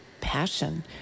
passion